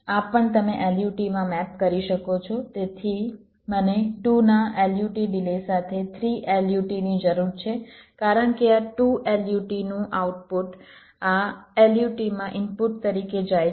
તેથી મને 2 ના LUT ડિલે સાથે 3 LUT ની જરૂર છે કારણ કે આ 2 LUT નું આઉટપુટ આ LUT માં ઇનપુટ તરીકે જાય છે